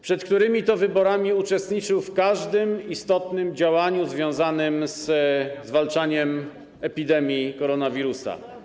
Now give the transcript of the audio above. Przed wyborami uczestniczył w każdym istotnym działaniu związanym ze zwalczaniem epidemii koronawirusa.